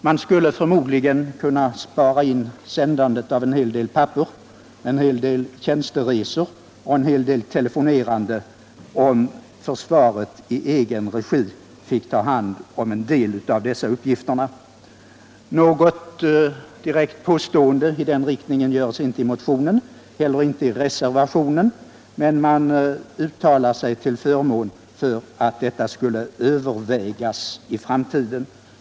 Man skulle förmodligen kunna spara in sändandet av en hel del papper, en hel del tjänsteresor och telefonerande, om försvaret i egen regi fick ta hand om en del av dessa uppgifter. Något direkt påstående i den riktningen görs inte i motionen eller i reservationen, men man uttalar sig till förmån för att detta skulle övervägas i framtiden.